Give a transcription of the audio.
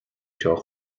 seo